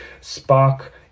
spark